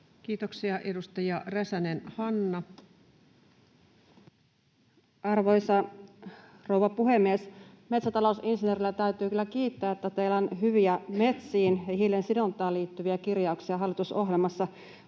Time: 14:22 Content: Arvoisa rouva puhemies! Metsätalousinsinöörinä täytyy kyllä kiittää siitä, että teillä on hyviä metsiin ja hiilensidontaan liittyviä kirjauksia hallitusohjelmassa.